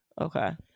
Okay